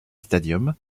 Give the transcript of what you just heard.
stadium